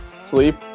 sleep